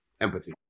empathy